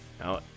Now